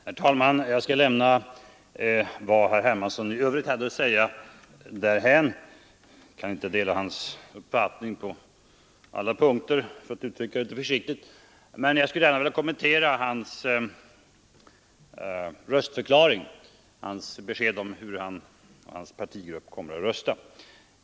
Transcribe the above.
Herr talman! Jag skall lämna vad herr Hermansson i övrigt hade att säga därhän — jag kan inte dela hans uppfattning på alla punkter, för att uttrycka det litet försiktigt — men skulle gärna vilja kommentera hans besked om hur han och hans partigrupp kommer att rösta.